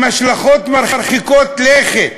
עם השלכות מרחיקות לכת.